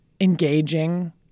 engaging